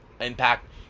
Impact